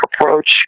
approach